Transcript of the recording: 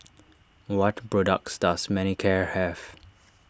what products does Manicare have